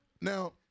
Now